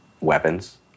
weapons